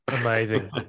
Amazing